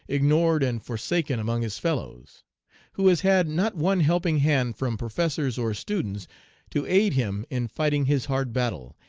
ignored and forsaken among his fellows who has had not one helping hand from professors or students to aid him in fighting his hard battle,